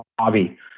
hobby